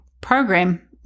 program